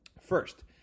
First